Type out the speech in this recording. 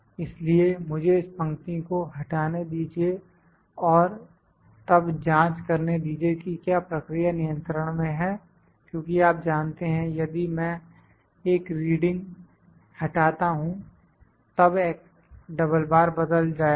इसलिए मुझे इस पंक्ति को हटाने दीजिए और तब जांच करने दीजिए कि क्या प्रक्रिया नियंत्रण में है क्योंकि आप जानते हैं यदि मैं एक रीडिंग हटाता हूं तब बदल जाएगा